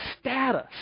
status